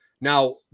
Now